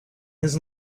his